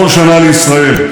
גם אתם שומעים את זה: